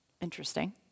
interesting